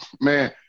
man